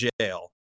jail